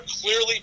clearly